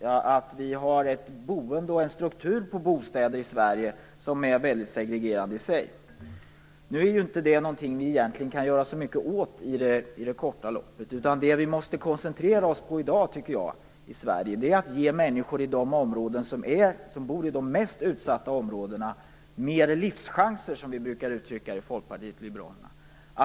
Vi har ett boende och en struktur på bostäder i Sverige som är väldigt segregerande i sig. Nu är det inte någonting som vi kan göra så mycket åt i det korta loppet, utan det vi måste koncentrera oss på i dag i Sverige är att ge människor som bor i de mest utsatta områdena mer livschanser, som vi brukar uttrycka det i Folkpartiet liberalerna.